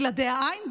בלעדיה אין,